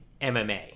mma